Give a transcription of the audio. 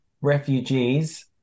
refugees